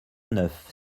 neuf